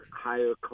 higher